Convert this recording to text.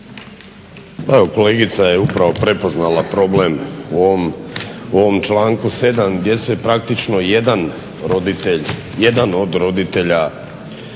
Evo kolegica je upravo prepoznala problem u ovom članku 7. gdje se praktično jedan roditelj,